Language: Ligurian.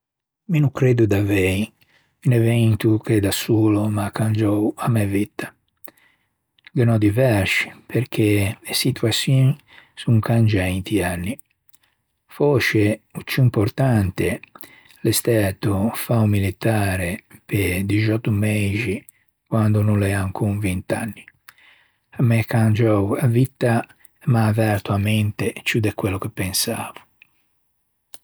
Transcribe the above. Mi no creddo d'avei un evento che da solo o m'à cangiou a mæ vitta, ghe n'ò diversci perché e situaçioin son cangiæ inti anni. Fòsce o ciù importante l'é stæto fâ o militare pe dixeutto meixi quande no l'ea ancon vint'anni. M'é cangiou a vitta, m'à averto a mente ciù de quello che pensavo.